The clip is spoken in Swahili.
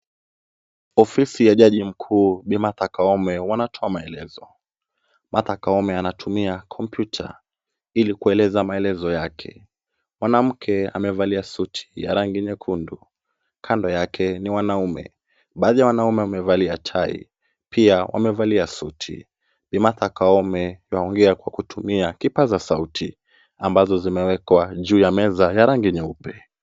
Ofisi ya jaji mkuu, Bi. Martha Koome, wanatoa maelezo. Martha Koome anatumia kompyuta ili kueleza maelezo yake. Mwanamke amevalia suti ya rangi nyekundu, kando yake ni wanaume. Baadhi ya wanaume wamevalia tai, pia wamevalia suti. Bi. Martha Koome anaongea kwa kutumia kipasa sauti ambazo zimewekwa juu ya meza ya rangi nyeupe.